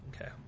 Okay